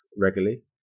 regularly